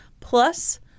plus